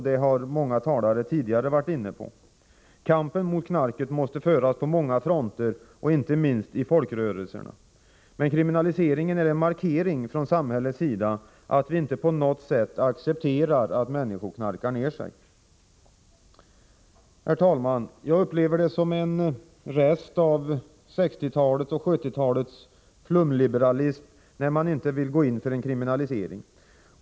Det har många talare tidigare varit inne på. Kampen mot knarket måste föras på många fronter, inte minst i folkrörelserna, men kriminaliseringen är en markering från samhällets sida av att vi inte på något sätt accepterar att människor knarkar ner sig. Herr talman! Jag upplever det som en rest av 1960 och 1970-talens flumliberalism, när man inte vill gå in för en kriminalisering.